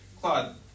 Claude